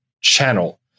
channel